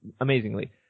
amazingly